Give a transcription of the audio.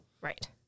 Right